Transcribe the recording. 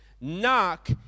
Knock